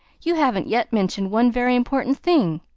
you haven't yet mentioned one very important thing.